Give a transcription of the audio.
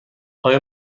آیا